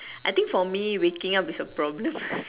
I think for me waking up is a problem so